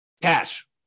Cash